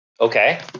Okay